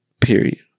Period